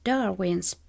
Darwin's